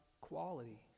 quality